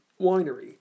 Winery